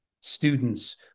students